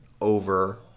over